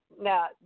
now